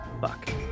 Fuck